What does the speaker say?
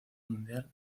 mundial